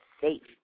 safe